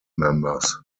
members